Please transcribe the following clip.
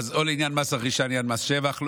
הן לעניין מס הרכישה והן לעניין מס שבח.